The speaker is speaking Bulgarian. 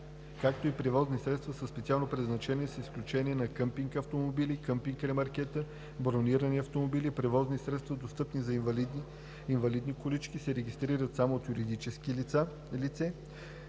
както и превозни средства със специално предназначение с изключение на къмпинг-автомобили, къмпинг-ремаркета, бронирани автомобили и превозни средства, достъпни за инвалидни колички, се регистрират само от юридическо лице,